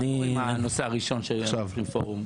מה קורה עם הנושא הראשון שהיינו צריכים פורום?